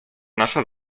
nasza